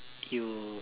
you